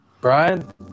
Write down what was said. Brian